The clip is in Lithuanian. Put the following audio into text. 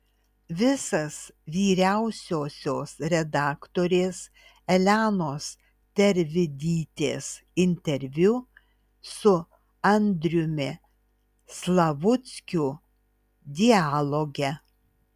visas vyriausiosios redaktorės elenos tervidytės interviu su andriumi slavuckiu dialoge